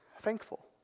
Thankful